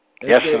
Yes